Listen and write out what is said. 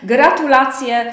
Gratulacje